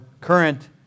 current